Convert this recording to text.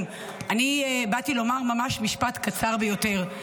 באתי לומר ממש משפט קצר ביותר.